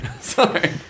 Sorry